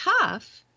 tough